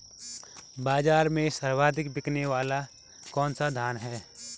बाज़ार में सर्वाधिक बिकने वाला कौनसा धान है?